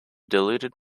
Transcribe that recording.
diluted